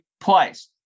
place